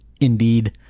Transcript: indeed